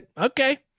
Okay